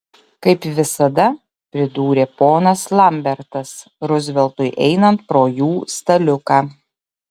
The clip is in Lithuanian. kaip visada pridūrė ponas lambertas ruzveltui einant pro jų staliuką